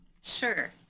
Sure